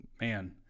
man